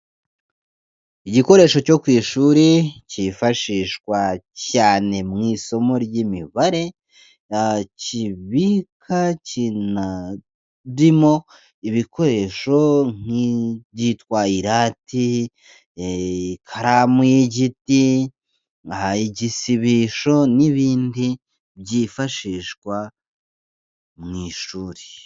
Igikoresho cyo ku ishuri cyifashishwa cyane mu isomo ry'imibare kibika kinarimo ibikoresho nk'byitwa irate ikaramu y'igiti igisibisho n'ibindi byifashishwa mu ishuri.